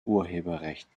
urheberrecht